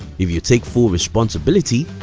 if you take full responsibility,